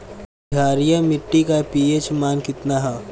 क्षारीय मीट्टी का पी.एच मान कितना ह?